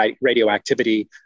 radioactivity